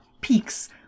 peaks